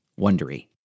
wondery